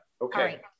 okay